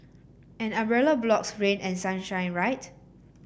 an umbrella blocks rain and sunshine right